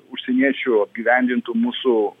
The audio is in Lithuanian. užsieniečių apgyvendintų mūsų